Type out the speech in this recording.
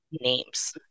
names